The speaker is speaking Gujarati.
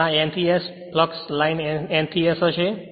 અને આ N થી S ફ્લક્સ લાઇન N થી S હશે